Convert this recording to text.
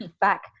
back